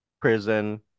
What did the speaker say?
prison